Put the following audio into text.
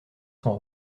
son